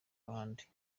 ahandi